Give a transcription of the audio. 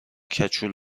کوچول